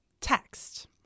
text